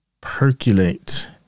percolate